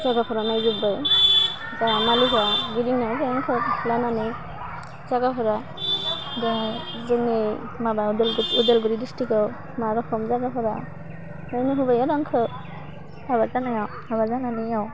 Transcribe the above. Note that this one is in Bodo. जागाफोरा नायजोब्बाय जाहा मालिगा गिदिंना फायबाय आंखो लानानै जागाफोरा दा जोंनि माबा अदालगु अदालगुरि डिस्टिक्टआव मा रखम जागाफोरा इयो नुहोबाय आरो आंखो हाबा जानायाव हाबा जानानैयाव